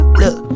look